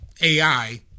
AI